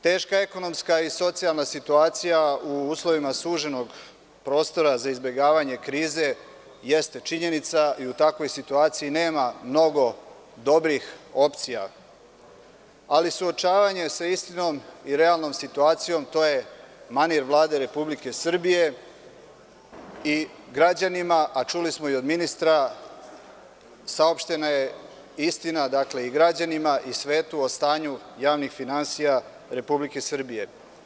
Teška ekonomska i socijalna situacija u uslovima suženog prostora za izbegavanje krize jeste činjenica i u takvoj situaciji nema mnogo dobrih opcija, ali suočavanje sa istinom i realnom situacijom, to je manir Vlade Republike Srbije i građanima, a čuli smo i od ministra, saopštena je istina, dakle, i građanima i svetu, o stanju javnih finansija Republike Srbije.